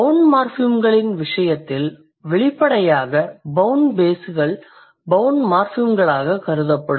bound மார்ஃபிம்களின் விசயத்தில் வெளிப்படையாக பௌண்ட் பேஸ் கள் பௌண்ட் மார்ஃபிம்களாகக் கருதப்படும்